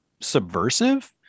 subversive